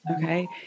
Okay